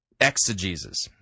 exegesis